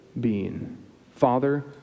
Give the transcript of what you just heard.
being—Father